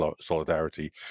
solidarity